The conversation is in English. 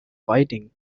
fighting